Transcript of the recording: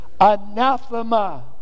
Anathema